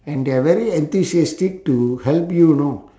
and they're very enthusiastic to help you know